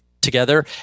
together